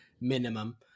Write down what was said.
minimum